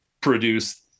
produce